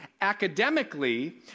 academically